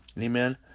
Amen